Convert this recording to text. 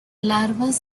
larvas